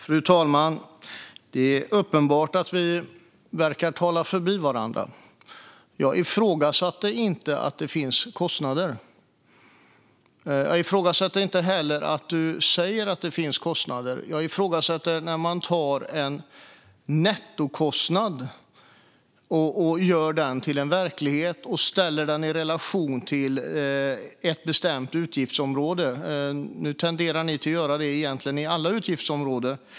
Fru talman! Det är uppenbart att vi verkar tala förbi varandra. Jag ifrågasatte inte att det finns kostnader. Jag ifrågasätter inte heller att du säger att det finns kostnader. Jag ifrågasätter när man gör en nettokostnad till en verklighet och ställer den i relation till ett bestämt utgiftsområde. Nu tenderar ni egentligen att göra det på alla utgiftsområden.